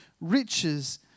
riches